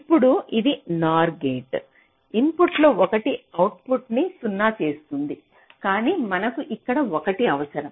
ఇప్పుడు ఇది NOR gate ఇన్పుట్లలో 1 అవుట్పుట్ ని 0 చేస్తుంది కాని మనకు ఇక్కడ 1 అవసరం